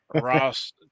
Ross